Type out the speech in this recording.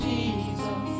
Jesus